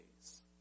days